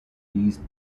these